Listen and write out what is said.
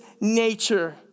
nature